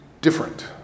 different